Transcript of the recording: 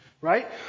Right